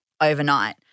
overnight